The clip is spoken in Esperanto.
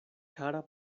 kara